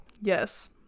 Yes